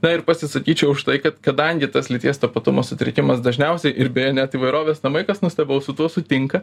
na ir pasisakyčiau už tai kad kadangi tas lyties tapatumo sutrikimas dažniausiai ir beje net įvairovės namai kas nuostabu su tuo sutinka